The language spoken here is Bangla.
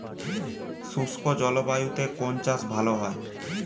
শুষ্ক জলবায়ুতে কোন চাষ ভালো হয়?